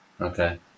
Okay